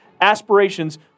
aspirations